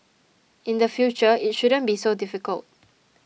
in the future it shouldn't be so difficult